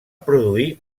produir